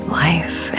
life